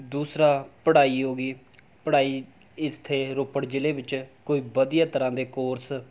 ਦੂਸਰਾ ਪੜ੍ਹਾਈ ਹੋ ਗਈ ਪੜ੍ਹਾਈ ਇੱਥੇ ਰੋਪੜ ਜ਼ਿਲ੍ਹੇ ਵਿੱਚ ਕੋਈ ਵਧੀਆ ਤਰ੍ਹਾਂ ਦੇ ਕੋਰਸ